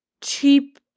cheap